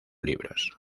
libros